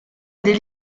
des